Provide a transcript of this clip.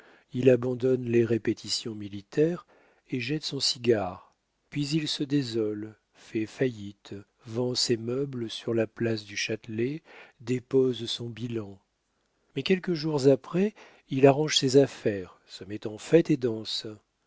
il abandonne les répétitions militaires et jette son cigare puis il se désole fait faillite vend ses meubles sur la place du châtelet dépose son bilan mais quelques jours après il arrange ses affaires se met en fête et danse